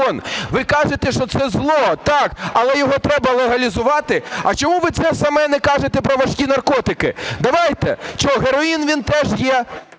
Ви кажете, що це зло. Так. Але його треба легалізувати. А чого ви це саме не кажете про важкі наркотики? Давайте. Чого, героїн він теж є.